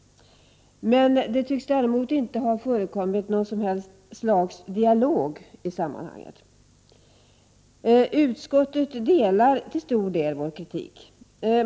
Det tycks däremot inte ha förekommit någon som helst dialog i sammanhanget. Utskottet delar till stor del vår kritik.